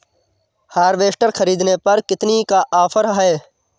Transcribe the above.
Harvester ख़रीदने पर कितनी का ऑफर है?